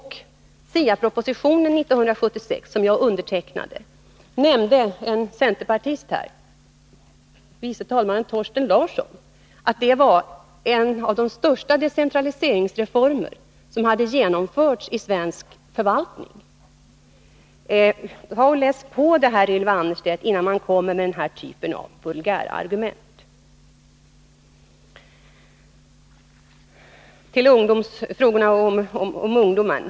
En centerpartist — vice talmannen Thorsten Larsson — nämnde i SIA-debatten1976 att SIA-propositionen, som jag undertecknade, innebar en av de största decentraliseringsreformer som har genomförts i svensk förvaltning. Ta och läs på det här, Ylva Annerstedt, innan ni kommer med den här typen av vulgärargument! Sedan till frågorna om ungdomar.